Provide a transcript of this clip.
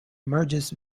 emerges